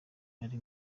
ari